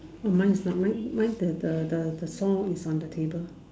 oh mine is not mine mine the the the the saw is on the table